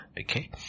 Okay